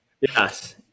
yes